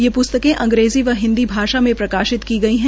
ये प्स्तक अंग्रेजी व हिन्दी भाषा में प्रकाशित की गई है